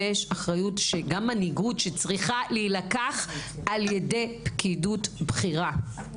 יש אחריות שגם מנהיגות שצריכה להילקח על ידי פקידות בכירה.